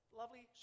lovely